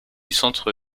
centre